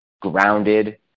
grounded